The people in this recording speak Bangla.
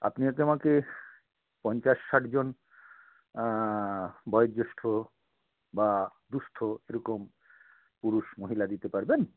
আপনি আজ্ঞে আমাকে পঞ্চাশ ষাটজন বয়োজ্যেষ্ঠ বা দুঃস্থ এরকম পুরুষ মহিলা দিতে পারবেন